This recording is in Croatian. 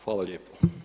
Hvala lijepo.